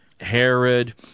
Herod